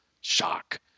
shock